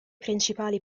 principali